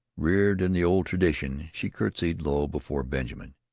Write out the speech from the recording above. reared in the old tradition, she curtsied low before benjamin.